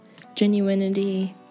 genuinity